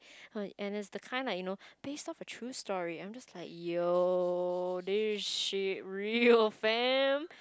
and it's the kind like you know based off a true story and I'm just like yo this shit real fam